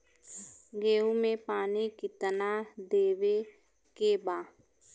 गेहूँ मे पानी कितनादेवे के बा?